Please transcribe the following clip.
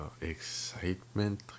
excitement